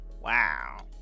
Wow